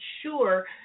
sure